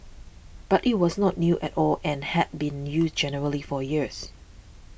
but it was not new at all and had been used generally for years